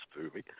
movie